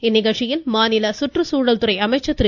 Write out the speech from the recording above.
இந்நிகழ்ச்சியில் மாநில சுற்றுச்சூழல் துறை அமைச்சர் திரு